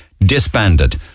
disbanded